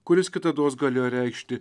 kuris kitados galėjo reikšti